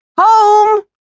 Home